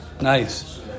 Nice